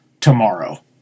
tomorrow